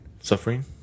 Suffering